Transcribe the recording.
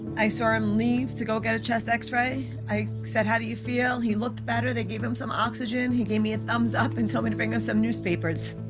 i saw him leave to go get a chest x-ray. i said, how do you feel? he looked better. they gave him some oxygen. he gave me a thumbs-up, and told me to bring him some newspapers.